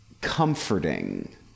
comforting